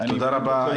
תודה רבה,